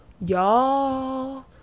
y'all